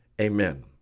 Amen